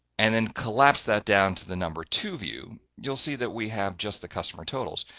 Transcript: and then collapse that down to the number two view, you'll see that we have just the customer totals.